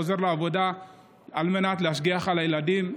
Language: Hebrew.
חוזר לעבודה על מנת להשגיח על הילדים.